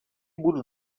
budu